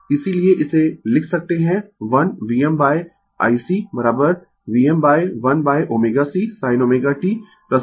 इसीलिए इसे लिख सकते है 1 VmICVm1ω C sin ω t 90 o